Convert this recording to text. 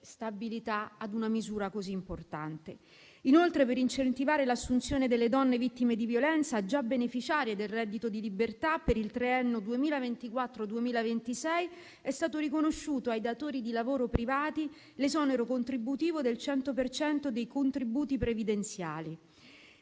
stabilità ad una misura così importante. Inoltre, per incentivare l'assunzione delle donne vittime di violenza, già beneficiarie del reddito di libertà per il triennio 2024-2026, è stato riconosciuto ai datori di lavoro privati l'esonero contributivo del 100 per cento dei contributi previdenziali,